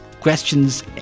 questions